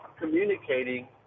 communicating